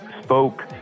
spoke